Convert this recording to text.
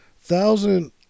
thousand